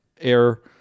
air